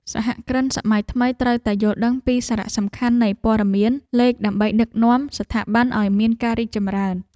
សហគ្រិនសម័យថ្មីត្រូវតែយល់ដឹងពីសារៈសំខាន់នៃព័ត៌មានលេខ ដើម្បីដឹកនាំស្ថាប័នឱ្យមានការរីកចម្រើន។